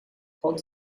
pot